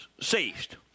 ceased